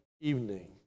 evening